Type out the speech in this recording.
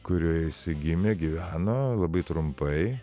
kurioj jisai gimė gyveno labai trumpai